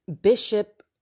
bishop